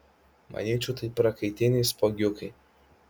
manyčiau tai prakaitiniai spuogiukai